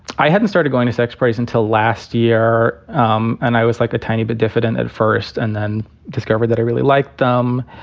i hadn't started going to sex parties until last year um and i was like a tiny bit diffident at first and then discovered that i really liked them.